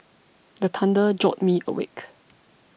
the thunder jolt me awake